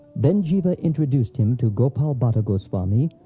then jiva introduced him to gopal bhatta goswami,